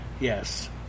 Yes